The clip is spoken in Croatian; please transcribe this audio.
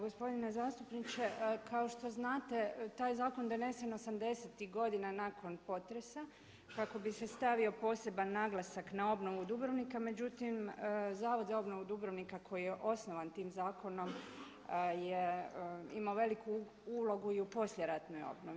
Gospodine zastupniče, kao što znate taj zakon je donesen '80.-tih godina nakon potresa kako bi se stavio poseban naglasak na obnovu Dubrovnika međutim Zavod za obnovu Dubrovnika koji je osnovan tim zakonom je imao veliku ulogu i u poslijeratnoj obnovi.